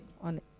on